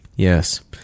Yes